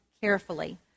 carefully